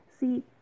See